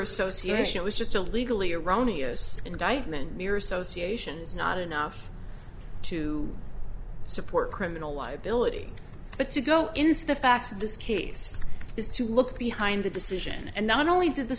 association it was just a legally erroneous indictment mere associations not enough to support criminal liability but to go into the facts of this case is to look behind the decision and not only did the